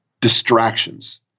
distractions